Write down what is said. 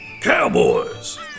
cowboys